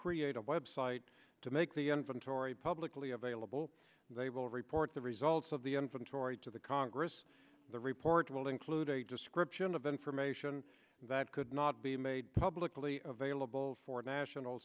create a website to make the inventory publicly available and they will report the results of the infant tory to the congress the report will include a description of information that could not be made publicly available for national